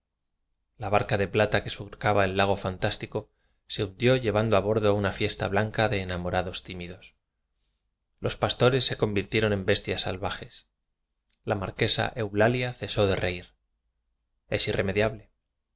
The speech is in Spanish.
la barca de plata que surcaba el lago fantástico se hun dió llevando a bordo una fiesta blanca de enamorados tímidos los pastores se con virtieron en bestias salvajes la marquesa eulalia cesó de reir es